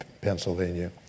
Pennsylvania